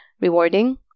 rewarding